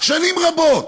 שנים רבות.